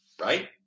Right